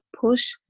push